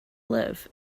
live